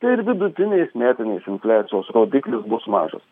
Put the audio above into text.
tai ir vidutinės metinės infliacijos rodiklis bus mažas